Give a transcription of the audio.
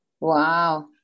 Wow